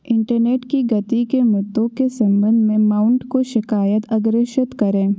internet की गति के मुद्दों के संबंध में माउंट को शिकायत अग्रेषित करें